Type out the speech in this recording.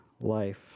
life